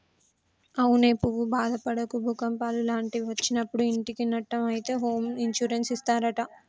అవునే నువ్వు బాదపడకు భూకంపాలు లాంటివి ఒచ్చినప్పుడు ఇంటికి నట్టం అయితే హోమ్ ఇన్సూరెన్స్ ఇస్తారట